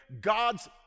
God's